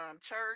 church